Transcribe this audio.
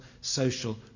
social